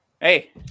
hey